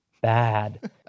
bad